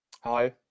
Hi